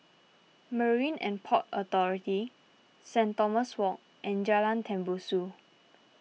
Marine and Port Authority Saint Thomas Walk and Jalan Tembusu